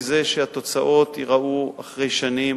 מזה שהתוצאות ייראו אחרי שנים.